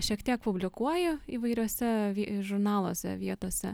šiek tiek publikuoji įvairiuose žurnaluose vietose